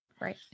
Right